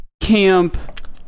camp